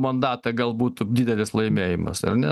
mandatą galbūt didelis laimėjimas ar ne